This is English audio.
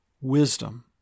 wisdom